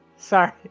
Sorry